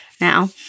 now